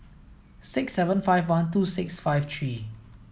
six seven five one two six five three